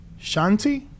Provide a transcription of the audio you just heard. Shanti